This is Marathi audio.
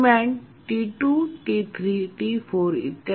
दरम्यान T2 T3 T4 इ